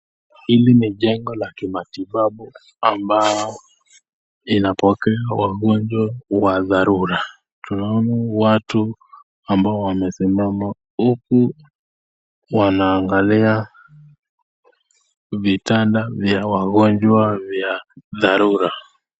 Hili ni jengo la kimatibabu ambao inapokea wagonjwa wa dharura. Tunaona watu ambao wamesimama huku wanaangalia vitanda vya wagonjwa vya dharura.